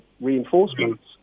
reinforcements